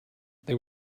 there